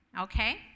okay